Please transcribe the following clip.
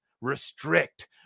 Restrict